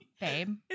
babe